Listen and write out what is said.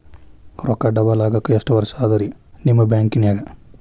ರೊಕ್ಕ ಡಬಲ್ ಆಗಾಕ ಎಷ್ಟ ವರ್ಷಾ ಅದ ರಿ ನಿಮ್ಮ ಬ್ಯಾಂಕಿನ್ಯಾಗ?